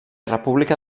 república